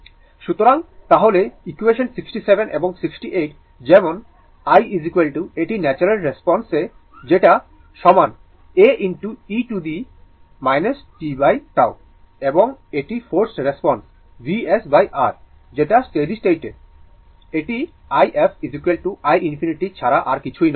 সুতরাং তাহলে ইকুয়েসান 67 এবং 68 যেমন i এটি ন্যাচারাল রেসপন্স a যেটা সমান a e to the tτ এবং এটি ফোর্সড রেসপন্স VsR যেটা স্টেডি স্টেট এটি i f iinfinity ছাড়া আর কিছুই নয়